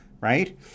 right